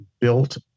built